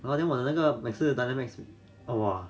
ah then 我的那个每次 dynamics ah !wah!